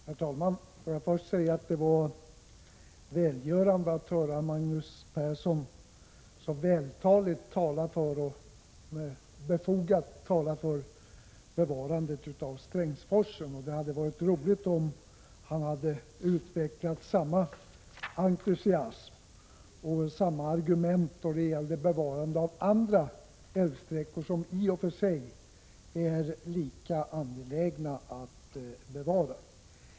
Herr talman! Låt mig först säga att det var välgörande att höra Magnus Persson så vältaligt och befogat tala för bevarande av Strängsforsen. Det hade varit roligt om han hade utvecklat samma entusiasm och samma argument då det gällde bevarande av andra älvsträckor som är lika angelägna att bevara.